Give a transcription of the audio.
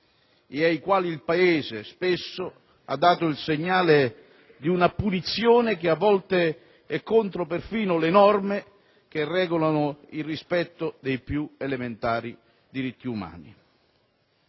e ai quali il Paese spesso ha dato il segnale di una punizione che a volte è contro perfino le norme che regolano il rispetto dei più elementari diritti umani.